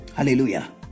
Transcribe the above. hallelujah